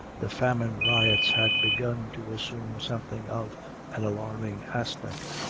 the famine riots had begun to assume something of an alarming aspect.